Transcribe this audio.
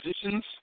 positions